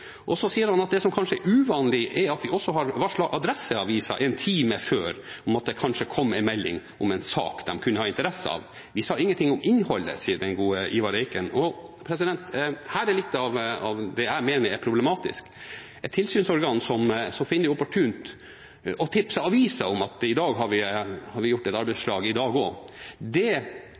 og så sier han at det som kanskje er uvanlig, er at de også hadde varslet Adresseavisen en time før om at det kanskje ville komme en melding om en sak de kunne ha interesse av. Vi sa ingenting om innholdet, sier den gode Ivar Eiken. Her er litt av det jeg mener er problematisk. Et tilsynsorgan som finner det opportunt å tipse avisen om at de har gjort et arbeidsslag i dag også, skaper usikkerhet rundt de prosessene. Og det